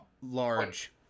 large